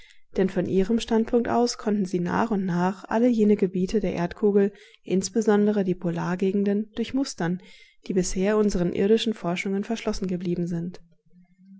denn von ihrem standpunkt aus konnten sie nach und nach alle jene gebiete der erdkugel insbesondere die polargegenden durchmustern die bisher unseren irdischen forschungen verschlossen geblieben sind